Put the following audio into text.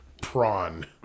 Prawn